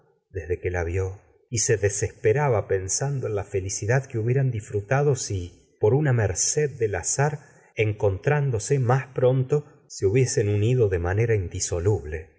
desde que la vió y se desesperaba pensando en la felicidad que hubieran disfrutaqo si por una merced del azar encontrándose más pronto se hubiesen unido de manera indisoluble